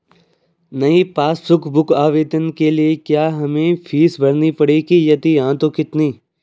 नयी passbook book आवेदन के लिए क्या हमें फीस भरनी पड़ेगी यदि हाँ तो कितनी?